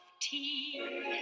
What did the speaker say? tea